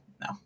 no